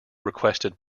requested